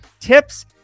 tips